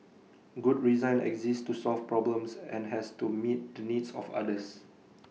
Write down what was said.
good resign exists to solve problems and has to meet the needs of others